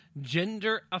gender